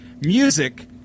music